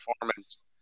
performance